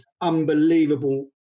Unbelievable